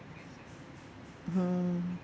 hmm